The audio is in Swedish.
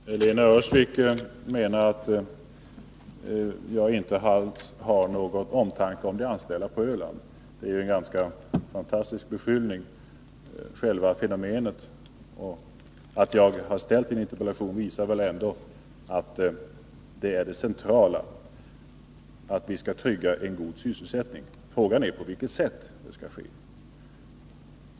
Fru talman! Lena Öhrsvik menar att jag inte alls har någon omtanke om de anställda på Öland. Det är en ganska fantastisk beskyllning. Själva det faktum att jag har framställt en interpellation visar väl att det centrala för mig är att vi tryggar en god sysselsättning. Frågan är på vilket sätt det skall ske.